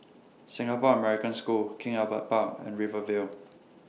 Singapore American School King Albert Park and Rivervale